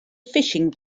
fishing